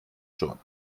schon